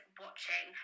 watching